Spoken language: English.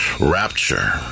rapture